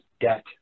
debt